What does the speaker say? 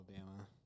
Alabama